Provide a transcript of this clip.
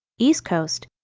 east coast,